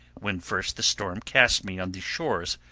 when first the storm cast me on these shores.